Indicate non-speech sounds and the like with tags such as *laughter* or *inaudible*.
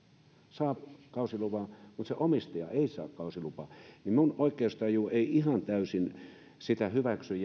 saa kausiluvan mutta se omistaja ei saa kausilupaa minun oikeustajuni ei ihan täysin sitä hyväksy *unintelligible*